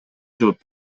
жооп